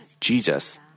Jesus